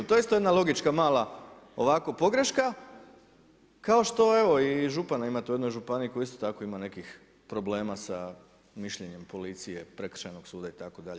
To je isto jedna logička mala ovako pogreška kao što i župana imate u jednoj županiji koji isto tako ima nekih problema sa mišljenjem policije, prekršajnog suda itd.